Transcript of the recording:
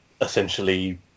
essentially